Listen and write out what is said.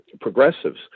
progressives